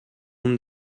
اون